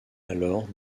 alors